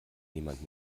niemand